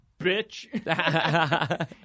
bitch